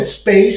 space